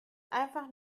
einfach